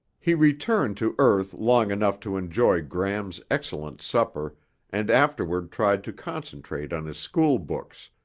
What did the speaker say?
he returned to earth long enough to enjoy gram's excellent supper and afterward tried to concentrate on his school books,